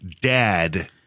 dad